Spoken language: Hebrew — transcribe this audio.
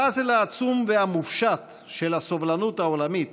הפאזל העצום והמופשט של הסובלנות העולמית